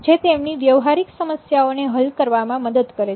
જે તેમની વ્યવહારિક સમસ્યાઓને હલ કરવામાં મદદ કરે છે